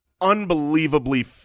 Unbelievably